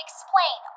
Explain